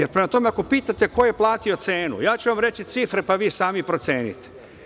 Ako pitate ko je platio cenu, ja ću vam reći cifre, pa vi sami procenite.